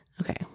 Okay